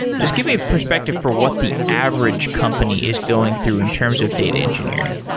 just give me perspective for what the average company is going through in terms of data engineering.